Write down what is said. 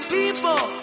people